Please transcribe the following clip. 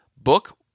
book